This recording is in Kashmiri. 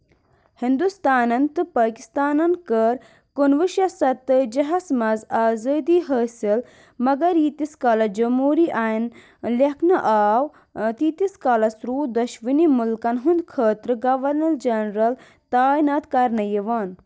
ہِنٛدُستانن تہٕ پٲکِستانن کٔر کُنہٕ وُہ شَتھ سَتہٕ تٲجِہس یس منٛز آزٲدی حٲصِل، مگر ییٖتِس کالس جمہوٗرِی ٲییٖن لیکھنہٕ آو ، تیٖتِس کالس روٗدِ دۄشوٕنی مُلکن ہِنٛدِ خٲطرٕ گَورنَر جنرَل تعِینات کَرٕنہٕ یوان